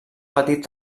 petit